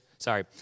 Sorry